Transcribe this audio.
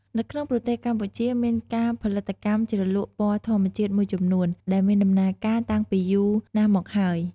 នៅក្នុងប្រទេសកម្ពុជា មានការផលិតកម្មជ្រលក់ពណ៌ធម្មជាតិមួយចំនួន ដែលមានដំណើរការតាំងពីយូរណាស់មកហើយ។